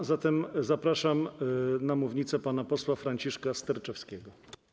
A zatem zapraszam na mównicę pana posła Franciszka Sterczewskiego.